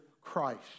Christ